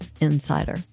insider